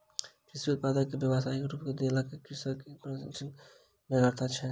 कृषि उत्पाद के व्यवसायिक रूप देबाक लेल कृषक के प्रशिक्षणक बेगरता छै